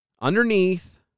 Underneath